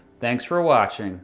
thanks for watching.